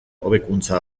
hobekuntza